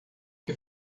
que